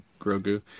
Grogu